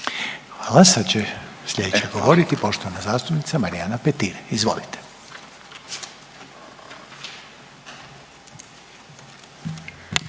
Hvala. Sad će sljedeće govoriti ooštovana zastupnica Marijana Petir. Izvolite.